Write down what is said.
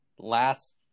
last